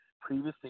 Previously